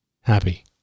happy